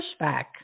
pushback